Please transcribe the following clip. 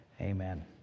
Amen